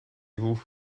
vous